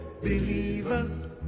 believer